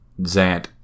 Zant